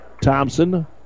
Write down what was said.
Thompson